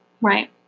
Right